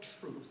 truth